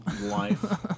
life